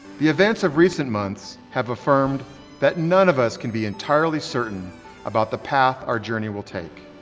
the events of recent months have affirmed that none of us can be entirely certain about the path our journey will take.